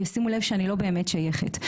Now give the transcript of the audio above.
ישימו לב שאני לא באמת שייכת,